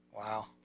Wow